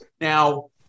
Now